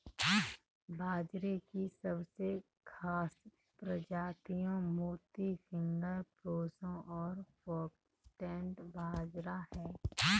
बाजरे की सबसे खास प्रजातियाँ मोती, फिंगर, प्रोसो और फोक्सटेल बाजरा है